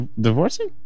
divorcing